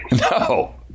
no